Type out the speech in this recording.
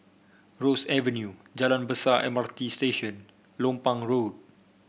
Ross Avenue Jalan Besar M R T Station Lompang Road